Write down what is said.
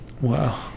Wow